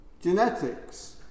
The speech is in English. genetics